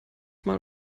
mal